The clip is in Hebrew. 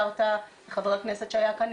חבר הכנסת שהיה כאן,